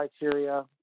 criteria